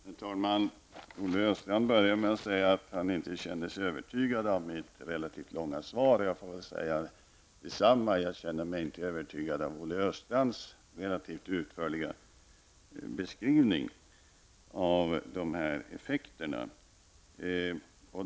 Herr talman! Olle Östrand börjar med att säga att han inte känner sig övertygad av mitt relativt långa svar. Jag får väl säga detsamma -- jag känner mig inte övertygad av Olle Östrands relativt utförliga beskrivning av effekterna.